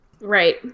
Right